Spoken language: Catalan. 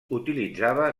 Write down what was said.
utilitzava